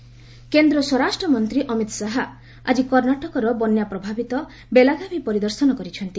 ଅମିତ ଶାହା କର୍ଣ୍ଣାଟକ କେନ୍ଦ୍ର ସ୍ୱରାଷ୍ଟ୍ରମନ୍ତ୍ରୀ ଅମିତ ଶାହା ଆଜି କର୍ଷ୍ଣାଟକର ବନ୍ୟାପ୍ରଭାବିତ ବେଲାଗାଭି ପରିଦର୍ଶନ କରିଛନ୍ତି